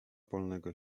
polnego